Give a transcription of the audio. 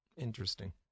Interesting